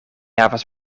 havas